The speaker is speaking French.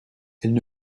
elles